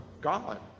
God